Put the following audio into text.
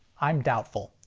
i'm doubtful.